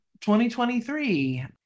2023